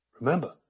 Remember